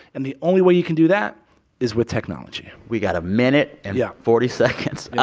and the only way you can do that is with technology we got a minute and yeah forty seconds yeah.